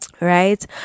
right